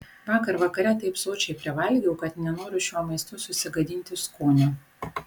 vakar vakare taip sočiai privalgiau kad nenoriu šiuo maistu susigadinti skonio